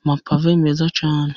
amapave meza cyane.